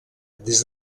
des